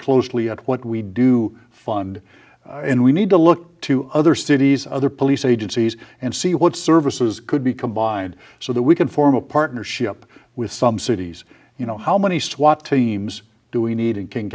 closely at what we do fund and we need to look to other cities other police agencies and see what services could be combined so that we can form a partnership with some cities you know how many swat teams doing need in king